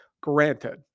Granted